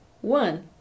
One